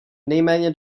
nejméně